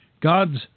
God's